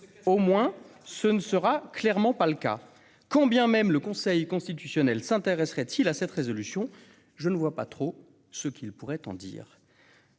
ce texte, ce ne sera clairement pas le cas. Quand bien même le Conseil constitutionnel s'intéresserait-il à cette proposition de résolution, je ne vois pas bien ce qu'il pourrait en dire.